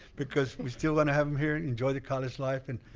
because we're still gonna have them here enjoying the college life. and